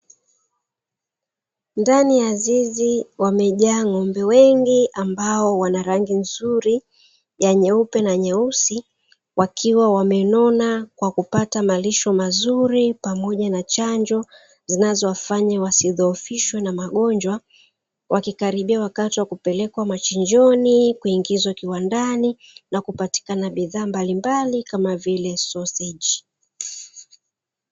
Ndani ya zizi wamejaa ng'ombe wengi ambao wanarangi nzuri ya nyeupe na nyeusi wakiwa wamenona kwa kupata malisho mazuri pamoja na chanjo zinazowafanya wasidhoofishwe na magonjwa, wakikaribia wakati wa kupelekwa machinjioni, kuingizwa kiwandani na kupatikana bidhaa mbalimbali kama vile; soseji.